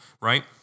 Right